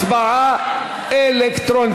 הצבעה אלקטרונית.